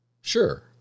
Sure